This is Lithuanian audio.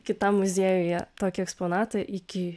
kitam muziejuje tokį eksponatą iki